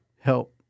help